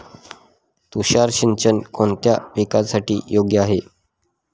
तुषार सिंचन कोणत्या पिकासाठी योग्य आहे?